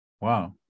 wow